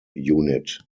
unit